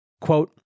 Quote